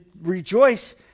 rejoice